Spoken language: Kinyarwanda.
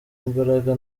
imbaraga